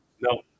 No